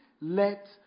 let